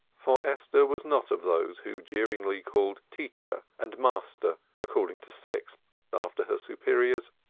for esther was not of those who jeeringly called teacher and master according to sex after her superiors,